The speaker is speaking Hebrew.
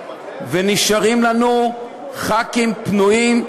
ונשארים לנו ח"כים פנויים,